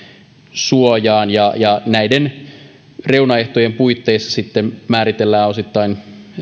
suojaan näiden reunaehtojen puitteissa määritellään osittain